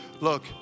look